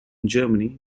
germany